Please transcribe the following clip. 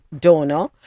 donor